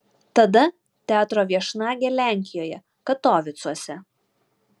tada teatro viešnagė lenkijoje katovicuose